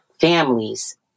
families